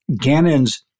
Gannon's